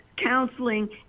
counseling